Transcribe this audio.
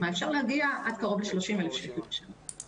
אפשר להגיע עד קרוב ל-30,000 שקלים בשנה.